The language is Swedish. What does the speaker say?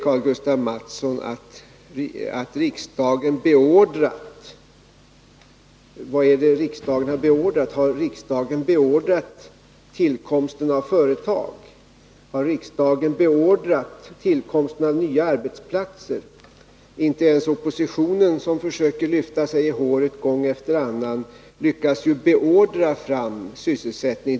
Karl-Gustaf Mathsson talar om det riksdagen beordrat. Vad har riksdagen beordrat? Har riksdagen beordrat tillkomsten av företag och nya arbetsplatser? Inte ens oppositionen, som försöker lyfta sig själv i håret gång efter annan, lyckas beordra fram sysselsättning.